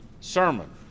sermon